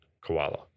koala